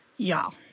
y'all